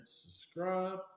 subscribe